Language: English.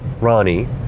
Ronnie